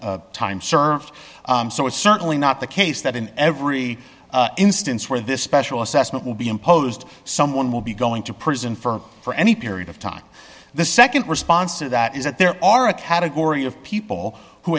to time served so it's certainly not the case that in every instance where this special assessment will be imposed someone will be going to prison for for any period of time the nd response to that is that there are a category of people who